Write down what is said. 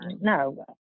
No